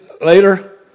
later